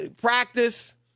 practice